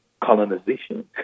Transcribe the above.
colonization